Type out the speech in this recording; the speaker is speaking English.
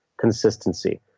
consistency